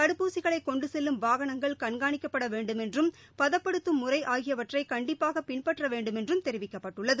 தடுப்பூசிகளை கொண்டு செல்லும் வாகனங்கள் கண்காணிக்கப்பட வேண்டுமென்றும் பதப்படுத்தும் முறை ஆகியவற்றை கண்டிப்பாக பின்பற்ற வேண்டுமென்றும் தெரிவிக்கப்பட்டுள்ளது